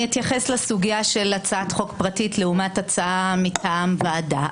אני אתייחס לסוגיה של הצעת חוק פרטית לעומת הצעה מטעם ועדה.